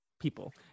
people